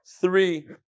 three